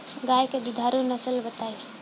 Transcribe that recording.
गाय के दुधारू नसल बताई?